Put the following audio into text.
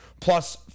plus